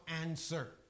answer